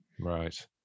Right